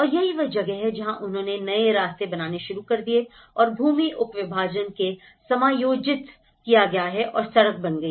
और यही वह जगह है जहां उन्होंने नए रास्ते बनाने शुरू कर दिए और भूमि उप विभाजन को समायोजित किया गया और सड़क बनाई गई